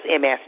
MS